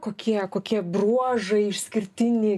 kokie kokie bruožai išskirtiniai